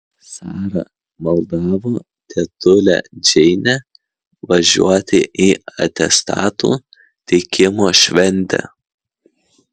sara maldavo tetulę džeinę važiuoti į atestatų teikimo šventę